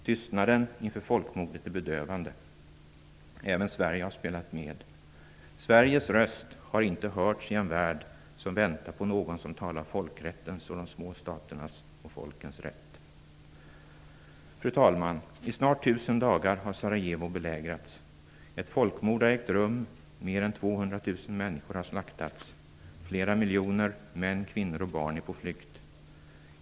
Tystnaden inför folkmordet är bedövande. Även Sverige har spelat med. Sveriges röst har inte hörts i en värld som väntar på någon som talar folkrättens och de små staternas och folkens rätt. Fru talman! I snart tusen dagar har Sarajevo belägrats. Ett folkmord har ägt rum. Mer än 200 000 människor har slaktats. Flera miljoner män, kvinnor och barn är på flykt.